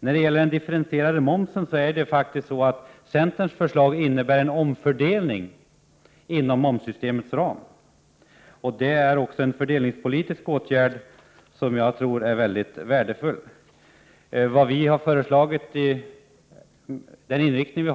När det gäller den differentierade momsen innebär centerns förslag en omfördelning inom momssystemets ram. Det är också en fördelningspolitisk åtgärd som är värdefull. Vår inriktning